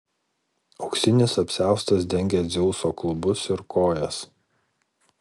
auksinis apsiaustas dengė dzeuso klubus ir kojas